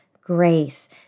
grace